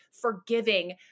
forgiving